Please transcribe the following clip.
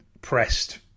pressed